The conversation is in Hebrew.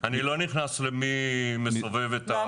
אני לא נכנס למי מסובב את --- אז עם מי נשב?